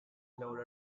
loved